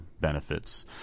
benefits